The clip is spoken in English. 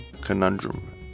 Conundrum